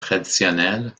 traditionnelles